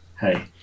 Hey